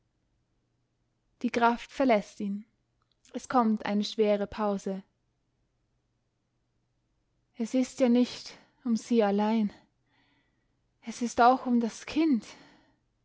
die kraft verläßt ihn es kommt eine schwere pause es ist ja nicht um sie allein es ist auch um das kind